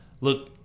look